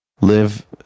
live